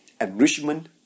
enrichment